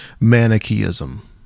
Manichaeism